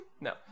No